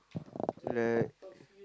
like